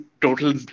total